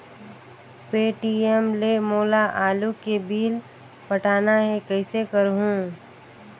Paytm ले मोला आलू के बिल पटाना हे, कइसे करहुँ?